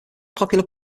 popular